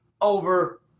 over